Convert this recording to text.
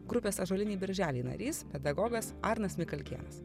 grupės ąžuoliniai berželiai narys pedagogas arnas mikalkėnas